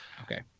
okay